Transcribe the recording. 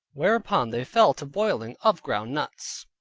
whereupon they fell to boiling of ground nuts,